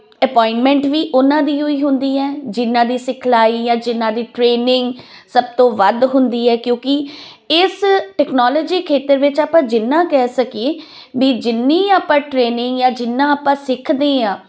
appointment ਵੀ ਉਹਨਾਂ ਦੀ ਹੋਈ ਹੁੰਦੀ ਹੈ ਜਿਨਾਂ ਦੀ ਸਿਖਲਾਈ ਆ ਜਿਨਾਂ ਦੀ ਟ੍ਰੇਨਿੰਗ ਸਭ ਤੋਂ ਵੱਧ ਹੁੰਦੀ ਹੈ ਕਿਉਂਕਿ ਇਸ ਟੈਕਨੋਲੋਜੀ ਖੇਤਰ ਵਿੱਚ ਆਪਾਂ ਜਿੰਨਾ ਕਹਿ ਸਕੀਏ ਵੀ ਜਿੰਨੀ ਆਪਾਂ ਟ੍ਰੇਨਿੰਗ ਜਾਂ ਜਿੰਨਾ ਆਪਾਂ ਸਿੱਖਦੇ ਆਂ